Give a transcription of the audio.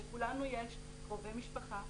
לכולנו יש קרובי משפחה,